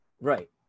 Right